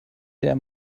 der